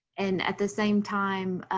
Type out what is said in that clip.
and at the same time,